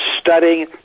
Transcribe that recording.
studying